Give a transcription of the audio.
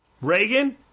Reagan